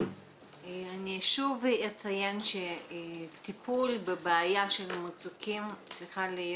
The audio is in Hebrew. שוב אציין שהטיפול בבעיה של המצוקים צריך להיות